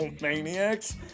maniacs